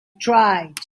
tried